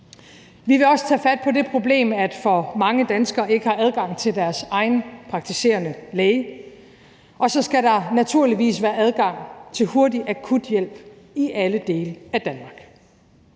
Vi vil også tage fat på det problem, at for mange danskere ikke har adgang til deres egen praktiserende læge, og så skal der naturligvis være adgang til hurtig akuthjælp i alle dele af Danmark.